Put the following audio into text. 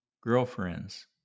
girlfriends